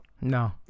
no